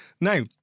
now